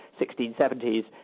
1670s